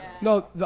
No